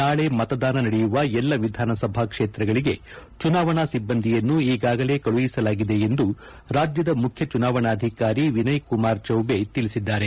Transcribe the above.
ನಾಳೆ ಮತದಾನ ನಡೆಯುವ ಎಲ್ಲ ವಿಧಾನಸಭಾ ಕ್ಷೇತ್ರಗಳಿಗೆ ಚುನಾವಣಾ ಸಿಬ್ಬಂದಿಯನ್ನು ಈಗಾಗಲೇ ಕಳಿಸಲಾಗಿದೆ ಎಂದು ರಾಜ್ಯದ ಮುಖ್ಯ ಚುನಾವಣಾಧಿಕಾರಿ ವಿನಯ್ ಕುಮಾರ್ ಚೌಬೆ ತಿಳಿಸಿದ್ದಾರೆ